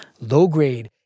low-grade